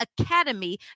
academy